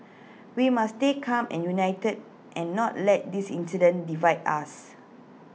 we must stay calm and united and not let this incident divide us